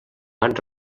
van